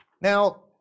Now